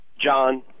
John